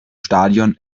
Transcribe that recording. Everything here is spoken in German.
stadion